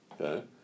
okay